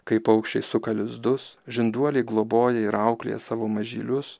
kaip paukščiai suka lizdus žinduoliai globoja ir auklėja savo mažylius